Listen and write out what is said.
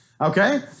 Okay